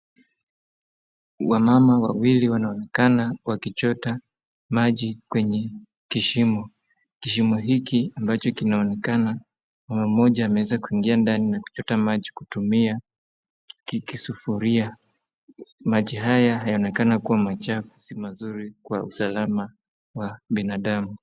Wamama wawili wanaonekana wakichota maji kwenye kishimo, kishimo hiki ambacho kinaonekana mama mmoja ameweza kuingia ndani na kuchota maji kutumia kisufuria, maji yanaonekana kuwa machafu, si mazuri kwa usalama wa binadamu.